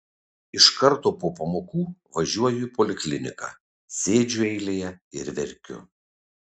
iš karto po pamokų važiuoju į polikliniką sėdžiu eilėje ir verkiu